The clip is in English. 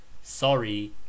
sorry